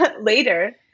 later